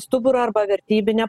stuburą arba vertybinę